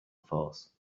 force